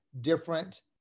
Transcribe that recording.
different